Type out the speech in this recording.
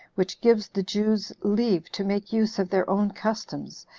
which gives the jews leave to make use of their own customs,